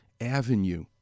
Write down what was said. avenue